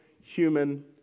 human